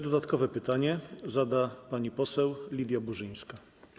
Dodatkowe pytanie zada pani poseł Lidia Burzyńska.